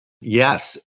Yes